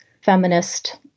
feminist